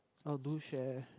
oh do share